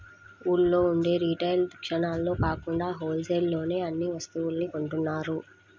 ఊళ్ళో ఉండే రిటైల్ దుకాణాల్లో కాకుండా హోల్ సేల్ లోనే అన్ని వస్తువుల్ని కొంటున్నారు